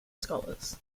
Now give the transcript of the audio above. scholars